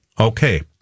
Okay